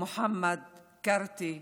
מוחמד אלכארטי מרמלה,